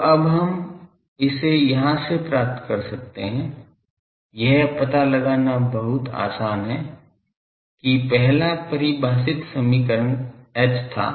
तो अब हम इसे यहाँ से प्राप्त कर सकते हैं यह पता लगाना बहुत आसान है कि पहला परिभाषित समीकरण H था